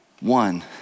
One